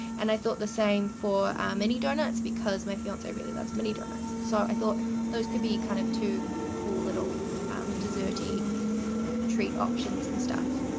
and i thought the same for mini donuts because my fiance really loves mini donuts. so, i thought those could be kind of two cool little desserty treat options and stuff.